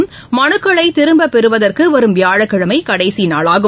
வேட்புமனுக்களை திரும்பப்பெறுவதற்கு வரும் வியாழக்கிழமை கடைசி நாளாகும்